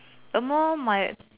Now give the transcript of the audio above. the more my